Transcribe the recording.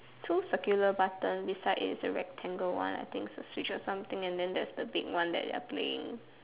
two circular button beside it is a rectangle one I think it's a Switch or something and then there's the big one that they are playing